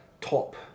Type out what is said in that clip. top